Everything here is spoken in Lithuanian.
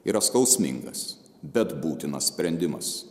yra skausmingas bet būtinas sprendimas